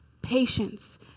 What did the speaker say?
patience